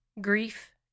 Grief